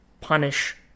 punish